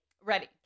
Ready